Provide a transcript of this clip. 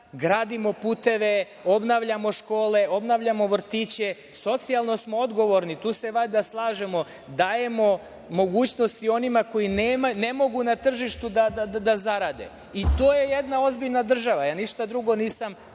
kraju.)Gradimo puteve, obnavljamo škole, obnavljamo vrtiće, socijalno smo odgovorni, tu se valjda slažemo, dajemo mogućnost i onima koji ne mogu na tržištu da zarade. To je jedna ozbiljna država, ja ništa drugo nisam